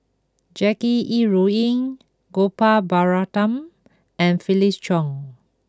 Jackie Yi Ru Ying Gopal Baratham and Felix Cheong